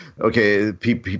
Okay